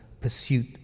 pursuit